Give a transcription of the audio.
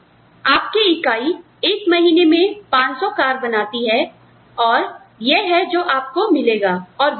कहिए आपकी इकाई एक महीने में 500 कार बनाती है तो यह है जो आपको मिलेगा